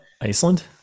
Iceland